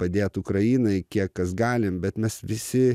padėt ukrainai kiek kas galim bet mes visi